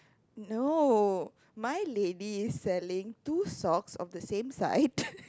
no my lady is selling two socks of the same side